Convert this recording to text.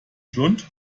schlund